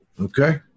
Okay